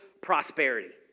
prosperity